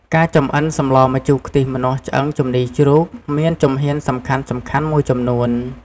ការចម្អិនសម្លម្ជូរខ្ទិះម្នាស់ឆ្អឹងជំនីរជ្រូក មានជំហានសំខាន់ៗមួយចំនួន។